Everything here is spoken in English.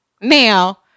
Now